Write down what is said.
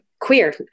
queer